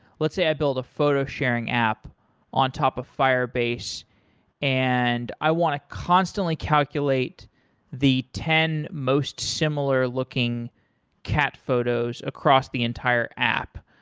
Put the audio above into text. let's say i a photo sharing app on top of firebase and i want to constantly calculate the ten most similar looking cat photos across the entire app.